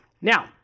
now